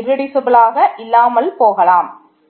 irreducible இல்லாமல் போகலாம்